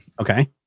Okay